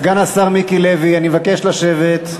סגן השר מיקי לוי, אני מבקש לשבת.